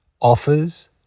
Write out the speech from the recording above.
offers